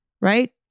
right